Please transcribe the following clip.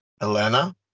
Elena